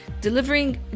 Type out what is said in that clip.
delivering